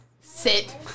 sit